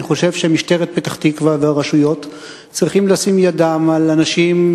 אני חושב שמשטרת פתח-תקווה והרשויות צריכות לשים ידם על אנשים,